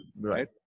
right